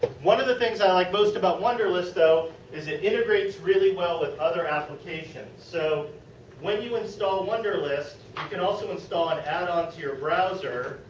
one of the things i like most about wunderlist though is it integrates really well with other applications. so when you install wunderlist you can also install and add-on and um to your browser.